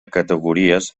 categories